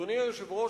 אדוני היושב-ראש,